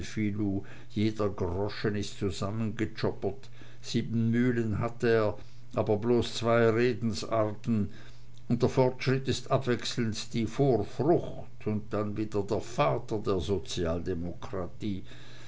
jeder groschen is zusammengejobbert sieben mühlen hat er aber bloß zwei redensarten und der fortschritt ist abwechselnd die vorfrucht und dann wieder der vater der sozialdemokratie